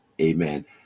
Amen